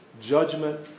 judgment